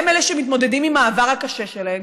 והם אלה שמתמודדים עם העבר הקשה שלהם.